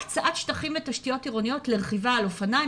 הקצאת שטחים ותשתיות עירוניות לרכיבה על אופניים,